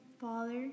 father